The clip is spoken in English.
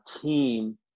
team